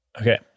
Okay